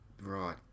Right